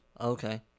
Okay